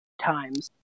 times